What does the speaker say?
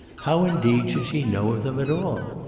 how, indeed, should she know of them at all?